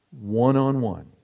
one-on-one